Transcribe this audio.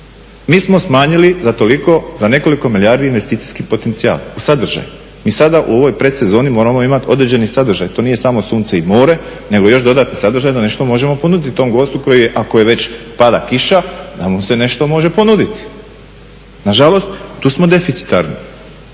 mi smo smanjili za toliko, za nekoliko milijardi investicijski potencijal u sadržaju. Mi sada u ovoj predsezoni moramo imati određeni sadržaj, to nije samo sunce i more nego još dodatni sadržaj da nešto možemo ponuditi tom gostu koji je, ako već pada kiša da mu se nešto može ponuditi. Nažalost tu smo deficitarni.